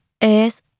es